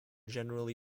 generally